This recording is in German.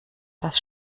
das